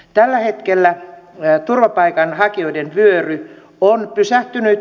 tällä hetkellä turvapaikanhakijoiden vyöry on pysähtynyt